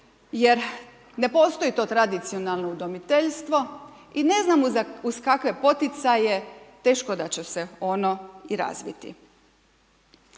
jer ne postoji to tradicionalno udomiteljstvo i ne znam uz kakve poticaje teško da će ono i razviti.